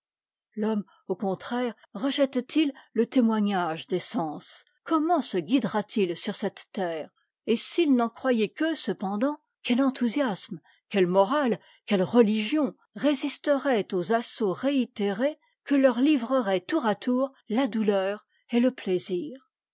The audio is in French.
l'homme au contraire rejette t il le témoignage des sens comment se guidera t il sur cette terre et s'il n'en croyait qu'eux cependant quel enthousiasme quelle morale quelle religion résisteraient aux assauts réitérés que leur livreraient tour à tour la douleur et le plaisir